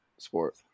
sport